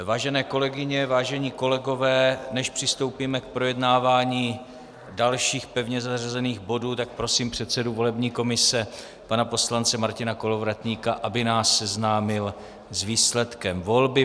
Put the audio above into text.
Vážené kolegyně, vážení kolegové, než přistoupíme k projednávání dalších pevně zařazených bodů, tak prosím předsedu volební komise pana poslance Martina Kolovratníka, aby nás seznámil s výsledkem volby.